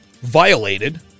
violated